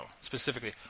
specifically